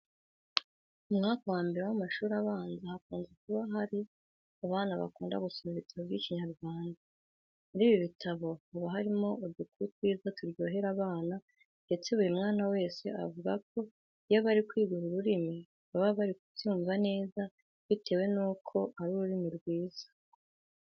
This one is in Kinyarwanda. Mu mwaka wa mbere w'amashuri abanza hakunze kuba hari abana bakunda gusoma ibitabo by'Ikinyarwanda. Muri ibi bitabo haba harimo udukuru twiza turyohera abana ndetse buri mwana wese avuga ko iyo bari kwiga uru rurimi baba bari kubyumva neza bitewe nuko ari ururimi rwiza.